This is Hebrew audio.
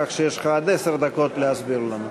כך שיש לך עד עשר דקות להסביר לנו.